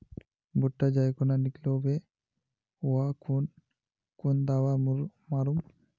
भुट्टा जाई खुना निकलो होबे वा खुना कुन दावा मार्मु?